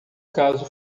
caso